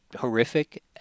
horrific